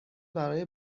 برای